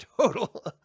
total